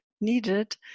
needed